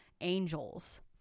angels